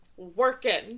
working